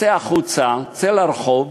צא החוצה, צא לרחוב,